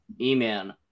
E-man